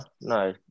No